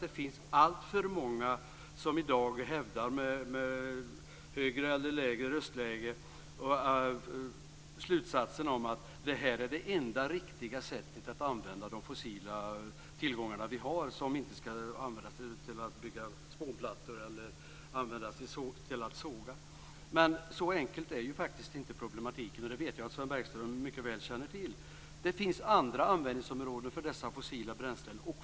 Det finns alltför många som i dag med högre eller lägre röstläge hävdar att det här är det enda riktiga sättet att använda de fossila tillgångar vi har och som inte ska användas till att bygga spånplattor eller till att såga. Men så enkel är ju faktiskt inte problematiken. Det vet jag också att Sven Bergström mycket väl känner till. Det finns andra användningsområden för dessa fossila bränslen.